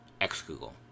X-Google